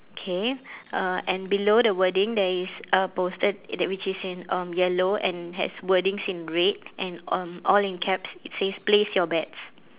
okay uh and below the wording there is a poster that which is um in yellow and has wordings in red and um all in caps it says place your bets